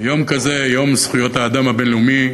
ביום כזה, יום זכויות האדם הבין-לאומי